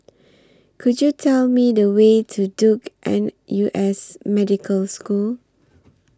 Could YOU Tell Me The Way to Duke N U S Medical School